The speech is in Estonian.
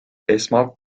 esmalt